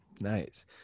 Nice